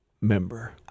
member